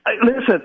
Listen